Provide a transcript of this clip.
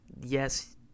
yes